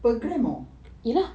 per gram [tau]